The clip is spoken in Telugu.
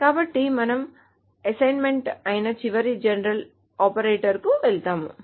కాబట్టి మనము అసైన్మెంట్ అయిన చివరి జనరల్ ఆపరేటర్కు వెళ్తాము